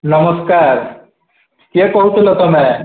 ନମସ୍କାର କିଏ କହୁଥିଲ ତୁମେ